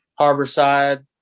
Harborside